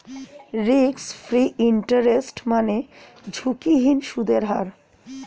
risk free interest মানে ঝুঁকিহীন সুদের হার